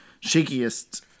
shakiest